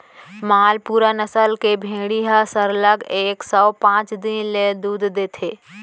मालपुरा नसल के भेड़ी ह सरलग एक सौ पॉंच दिन ले दूद देथे